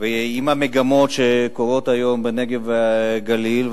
ועם המגמות שקורות היום בנגב ובגליל.